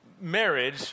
marriage